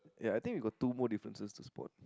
ya I think we got two more differences to spot